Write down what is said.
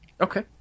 Okay